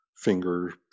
finger